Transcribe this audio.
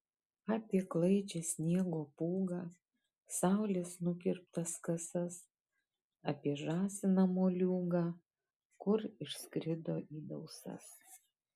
apie klaidžią sniego pūgą saulės nukirptas kasas apie žąsiną moliūgą kur išskrido į dausas